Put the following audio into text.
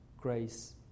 grace